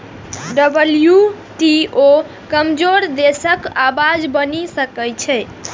WTO कमजोर देशक आवाज बनि सकै छै